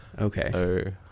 Okay